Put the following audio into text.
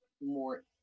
more